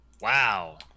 Wow